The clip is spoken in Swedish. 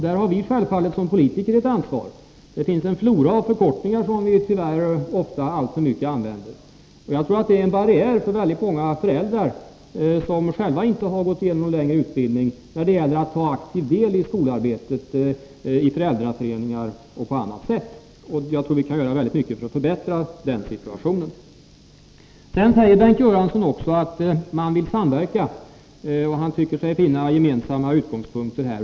Där har vi som politiker självfallet ett ansvar. Det finns en flora av förkortningar som tyvärr ofta alltför mycket används, och jag tror att det är en barriär för många föräldrar som själva inte har gått igenom någon längre utbildning, när det gäller att ta aktiv del i skolarbetet genom föräldraföreningar och på annat sätt. Jag tror att vi kan göra mycket för att förbättra den situationen. Bengt Göransson säger också att man vill samverka, och han tycker sig finna gemensamma utgångspunkter här.